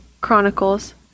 Chronicles